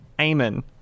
Amen